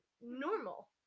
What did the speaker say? normal